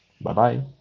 Bye-bye